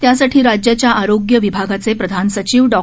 त्यासाठी राज्याच्या आरोग्य विभागाचे प्रधान सचिव डॉ